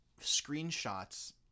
screenshots